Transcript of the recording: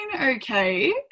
okay